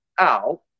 out